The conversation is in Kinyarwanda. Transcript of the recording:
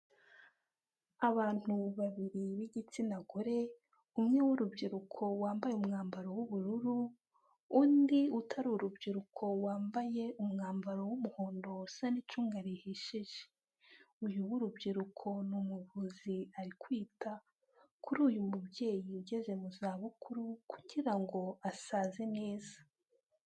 Abantu babiri b'igitsina gore, umwe w'urubyiruko wambaye umwambaro w'ubururu, undi utari urubyiruko wambaye umwambaro w'umuhondo usa n'icunga rihishije, uyu w'urubyiruko ni umuvuzi, ari kwita kuri uyu mubyeyi ugeze mu za bukuru kugira ngo asaze neza.